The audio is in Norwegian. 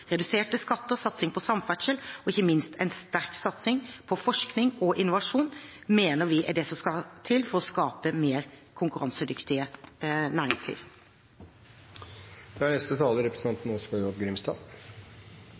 Reduserte skatter, satsing på samferdsel og ikke minst en sterk satsing på forskning og innovasjon mener vi er det som skal til for å skape et mer